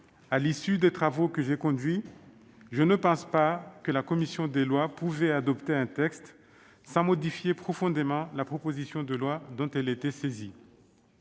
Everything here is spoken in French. à l'issue des travaux que j'ai conduits, je ne pense pas que la commission des lois pouvait adopter un texte sans modifier profondément la proposition de loi dont elle était saisie.